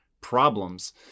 problems